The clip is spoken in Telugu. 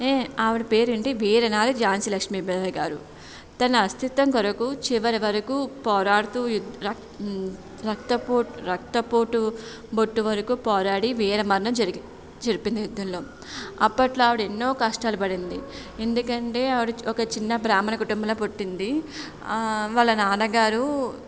ఏయ్ ఆవిడ పేరేంటి వీరనారి ఝాన్సీ లక్ష్మీబాయి గారు తన అస్తిత్వం కొరకు చివరి వరకు పోరాడుతూ రక్తపు రక్తపోటు బొట్టు వరకు పోరాడి వీరమరణం జరిపింది యుద్ధంలో అప్పట్లో ఆవిడ ఎన్నో కష్టాలు పడింది ఎందుకంటే ఆవిడ ఒక చిన్న బ్రాహ్మణ కుటుంబంలో పుట్టింది వాళ్ళ నాన్న గారు